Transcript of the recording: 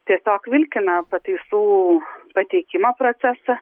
tiesiog vilkina pataisų pateikimo procesą